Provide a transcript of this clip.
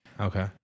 Okay